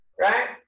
right